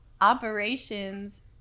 operations